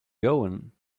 going